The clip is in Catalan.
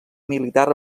militar